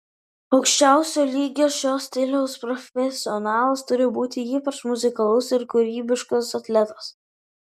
aukščiausio lygio šio stiliaus profesionalas turi būti ypač muzikalus ir kūrybiškas atletas